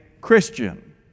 Christian